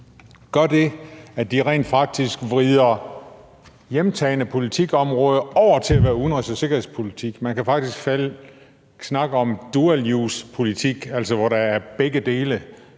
gør det, at vi rent faktisk vrider hjemtagne politikområder over til at være udenrigs- og sikkerhedspolitik. Men kan faktisk snakke om dual use-politik, altså hvor der er begge dele: